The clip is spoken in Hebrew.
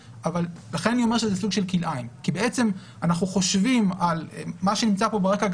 לכן אני אומר שזה סוג של כלאיים כי בעצם מה שנמצא כאן ברקע,